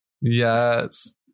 Yes